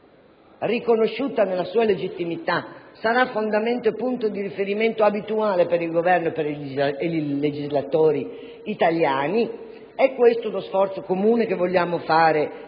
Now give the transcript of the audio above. europea, riconosciuta nella sua legittimità, sarà fondamento e punto di riferimento abituale per il Governo e i legislatori italiani. È questo uno sforzo comune che vogliamo fare